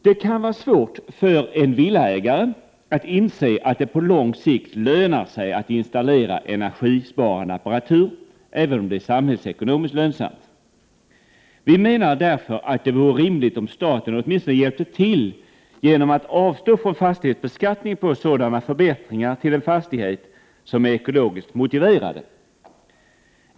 Det kan vara svårt för en villaägare att inse att det på lång sikt lönar sig att installera energisparande apparatur, även om det är samhällsekonomiskt lönsamt. Vi menar därför att det vore rimligt om staten åtminstone hjälpte till genom att avstå från fastighetsbeskattning på sådana förbättringar av en fastighet som är ekologiskt motiverade.